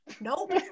Nope